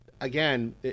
again